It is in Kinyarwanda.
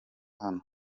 hano